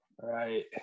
Right